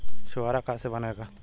छुआरा का से बनेगा?